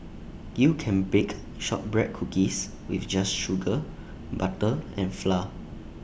you can bake Shortbread Cookies with just sugar butter and flour